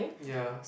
ya